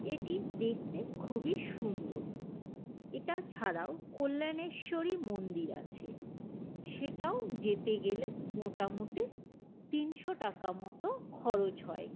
এটি দেখতে খুবই সুন্দর এটা ছাড়াও কল্যাণেশ্বরী মন্দির আছে সেটাও যেতে গেলে মোটামুটি তিনশো টাকা মতো খরচ হয়